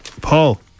Paul